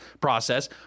process